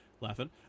laughing